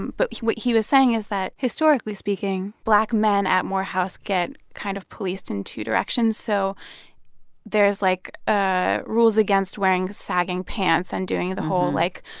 but what he was saying is that, historically speaking, black men at morehouse get kind of policed in two directions. so there's, like, ah rules against wearing sagging pants and doing the whole, like,